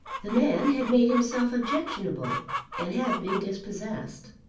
the man had made himself objectionable and had been dispossessed.